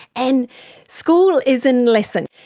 and school is in lesson.